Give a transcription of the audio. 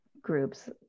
groups